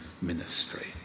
ministry